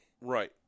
Right